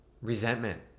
resentment